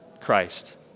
Christ